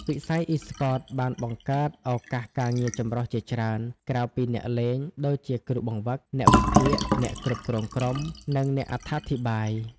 វិស័យអុីស្ព័ត បានបង្កើត ឱកាសការងារចម្រុះ ជាច្រើន ក្រៅពីអ្នកលេង ដូចជាគ្រូបង្វឹក អ្នកវិភាគ អ្នកគ្រប់គ្រងក្រុម និងអ្នកអត្ថាធិប្បាយ។